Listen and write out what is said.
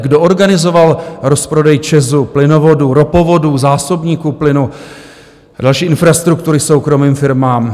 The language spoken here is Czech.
Kdo organizoval rozprodej ČEZu, plynovodů, ropovodů, zásobníků plynu a další infrastruktury soukromým firmám?